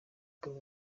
paul